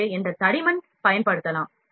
2 என்ற தடிமன் பயன்படுத்தலாம்